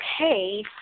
okay